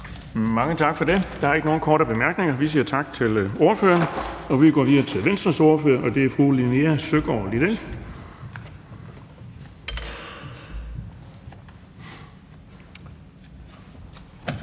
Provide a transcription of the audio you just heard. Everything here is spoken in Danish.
Mange tak for det. Der er ikke nogen korte bemærkninger. Vi siger tak til ordføreren, og vi går videre til Enhedslistens ordfører, og det er hr. Søren Egge